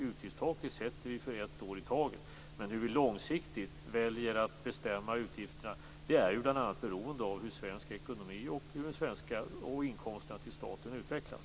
Utgiftstaket sätts för ett år i taget. Men hur vi långsiktigt väljer att bestämma utgifterna beror av hur svensk ekonomi och inkomsterna till staten utvecklas.